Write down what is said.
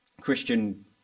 christian